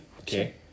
Okay